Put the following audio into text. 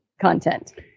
content